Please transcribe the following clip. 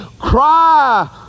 cry